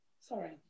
Sorry